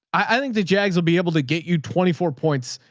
i think the jags we'll be able to get you twenty four points,